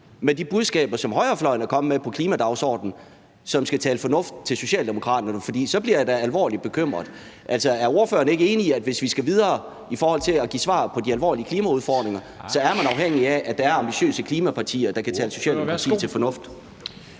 med de budskaber, som højrefløjen er kommet med på klimadagsordenen, som skal tale fornuft til Socialdemokraterne? For så bliver jeg da alvorligt bekymret. Altså, er ordføreren ikke enig i, at hvis vi skal videre i forhold til at give svar på de alvorlige klimaudfordringer, så er vi afhængige af, at der er ambitiøse klimapartier, der kan tale Socialdemokratiet til fornuft?